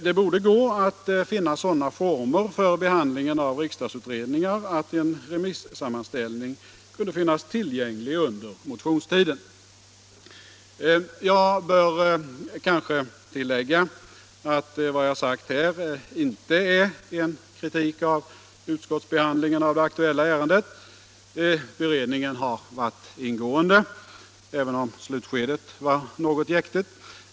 Det bör gå att finna sådana former för behandlingen av riksdagsutredningar att en remissammanställning finns tillgänglig under motionstiden. Jag bör kanske tillägga att vad jag här har sagt inte är en kritik av utskottsbehandlingen av det aktuella ärendet. Beredningen har varit ingående — även om slutskedet varit något jäktigt.